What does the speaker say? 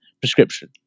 prescription